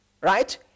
Right